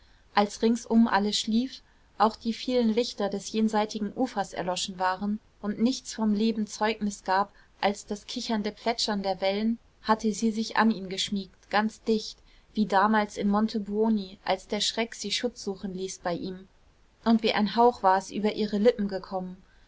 als ringsum alles schlief auch die vielen lichter des jenseitigen ufers erloschen waren und nichts vom leben zeugnis gab als das kichernde plätschern der wellen hatte sie sich an ihn geschmiegt ganz dicht wie damals in montebuoni als der schreck sie schutz suchen ließ bei ihm und wie ein hauch war es über ihre lippen gekommen